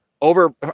over